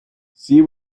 see